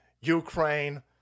Ukraine